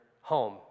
home